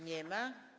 Nie ma.